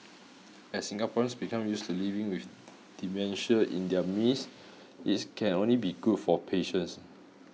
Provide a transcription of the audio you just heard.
as Singaporeans become used to living with dementia in their midst this can only be good for patients